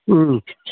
ꯎꯝ ꯎꯝ